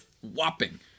whopping